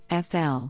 FL